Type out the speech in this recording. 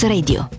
Radio